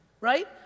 right